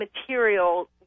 material